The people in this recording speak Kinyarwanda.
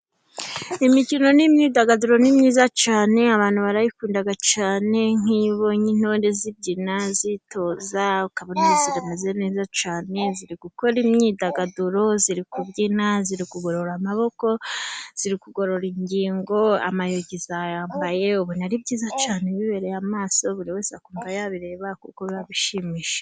Imikino n'imyidagaduro ni myiza cyane, abantu barayikundaga cyane, nkiyo ubonye intore zibyina zitoza, ukabona zimeze neza cyane, ziri gukora imyidagaduro, ziri kubyina zigorora amaboko, ziri kugorora ingingo, amayogi zayambaye, ubona ari byiza cyane bibereye amaso buri wese akumva yabireba kuko biba bishimishije.